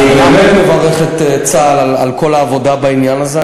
אני באמת מברך את צה"ל על כל העבודה בעניין הזה.